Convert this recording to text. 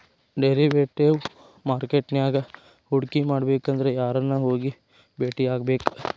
Derivative market ನ್ಯಾಗ್ ಹೂಡ್ಕಿಮಾಡ್ಬೆಕಂದ್ರ ಯಾರನ್ನ ಹೊಗಿ ಬೆಟ್ಟಿಯಾಗ್ಬೇಕ್?